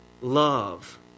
love